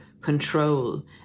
control